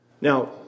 Now